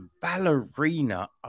Ballerina